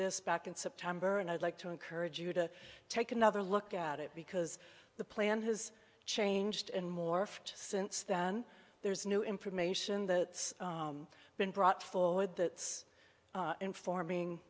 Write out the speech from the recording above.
this back in september and i'd like to encourage you to take another look at it because the plan has changed and morphed since then there's new information that been brought forward that informing